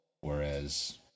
whereas